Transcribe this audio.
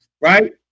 right